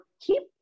keep